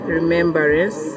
remembrance